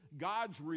god's